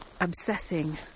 obsessing